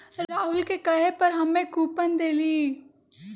राहुल के कहे पर हम्मे कूपन देलीयी